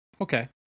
Okay